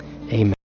amen